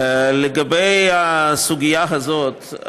לגבי הסוגיה הזאת,